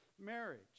marriage